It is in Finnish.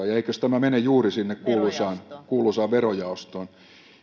ja eikös tämä mene juuri sinne kuuluisaan kuuluisaan verojaostoon